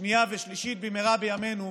שנייה ושלישית במהרה בימינו,